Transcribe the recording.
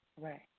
Right